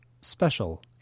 Special